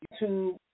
YouTube